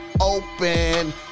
open